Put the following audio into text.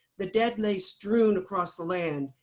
the dead law strewn across the land,